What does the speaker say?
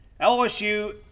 LSU